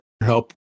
help